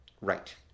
right